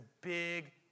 big